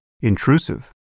intrusive